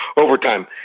overtime